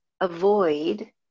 avoid